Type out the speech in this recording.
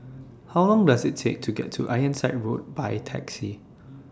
How Long Does IT Take to get to Ironside Road By Taxi